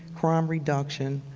crime reduction